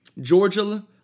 Georgia